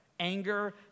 Anger